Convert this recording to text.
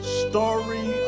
story